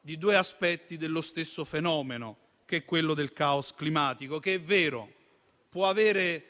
di due aspetti dello stesso fenomeno, che è quello del *caos* climatico. È vero, tale fenomeno può avere